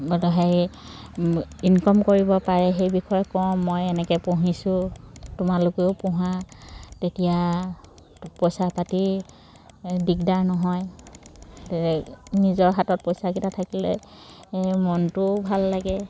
হেৰি ইনকম কৰিব পাৰে সেই বিষয়ে কওঁ মই এনেকৈ পুহিছোঁ তোমালোকেও পোহা তেতিয়া পইচা পাতি দিগদাৰ নহয় নিজৰ হাতত পইচাকেইটা থাকিলে মনটোও ভাল লাগে